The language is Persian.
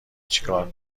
چیکار